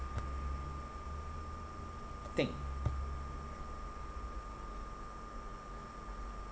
think